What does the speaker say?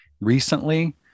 recently